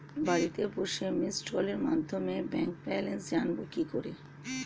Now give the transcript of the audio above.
বাড়িতে বসে মিসড্ কলের মাধ্যমে ব্যাংক ব্যালেন্স জানবো কি করে?